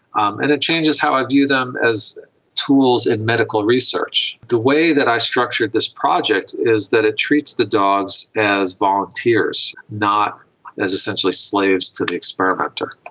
um and it changes how i view them as tools in medical research. the way that i structured this project is that it treats the dogs as volunteers, not as essentially slaves to the experimenter.